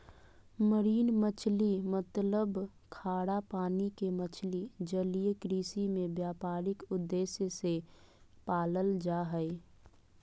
marine मछली मतलब खारा पानी के मछली जलीय कृषि में व्यापारिक उद्देश्य से पालल जा हई